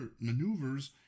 maneuvers